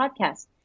podcast